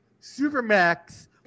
supermax